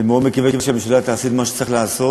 אני מקווה שהממשלה תעשה את מה שצריך לעשות.